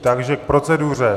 Takže k proceduře.